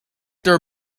their